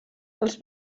els